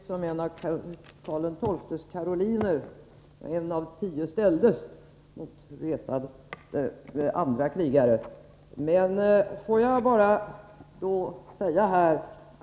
Herr talman! Jag börjar känna mig som en av Karl XII:s karoliner, när en mot tio ställdes, dvs. mot andra krigare.